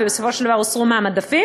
ובסופו של דבר הוסרו מהמדפים.